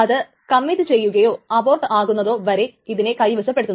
അത് കമ്മിറ്റ് ചെയ്യുകയോ അബോട്ട് ആകുന്നതോ വരെ ഇതിനെ കൈവശപ്പെടുത്തുന്നു